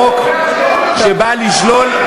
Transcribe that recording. איך היא מעזה להגיש ערר על חוק שבא לשלול,